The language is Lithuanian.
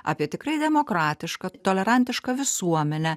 apie tikrai demokratišką tolerantišką visuomenę